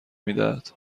میدهد